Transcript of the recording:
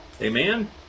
Amen